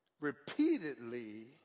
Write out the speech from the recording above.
repeatedly